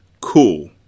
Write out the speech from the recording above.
Cool